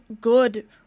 good